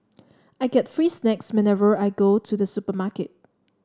I get free snacks whenever I go to the supermarket